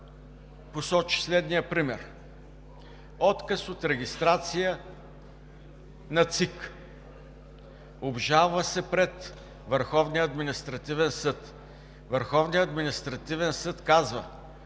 посочи следния пример: отказ от регистрация на ЦИК. Обжалва се пред Върховния административен съд. Върховният административен съд казва: